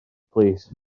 plîs